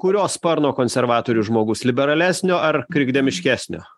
kurios sparno konservatorių žmogus liberalesnio ar krikdemiškesnio